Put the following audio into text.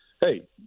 Hey